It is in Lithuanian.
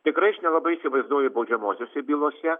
tikrai aš nelabai įsivaizduoju baudžiamosiose bylose